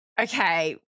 Okay